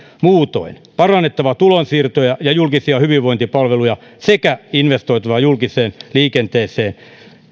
muutoin parannettava tulonsiirtoja ja julkisia hyvinvointipalveluja sekä investoitava julkiseen liikenteeseen